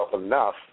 enough